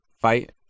fight